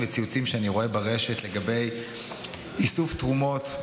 וציוצים שאני רואה ברשת לגבי איסוף תרומות,